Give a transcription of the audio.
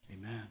Amen